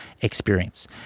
experience